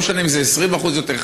לא משנה אם זה 20% יותר,